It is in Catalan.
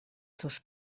teus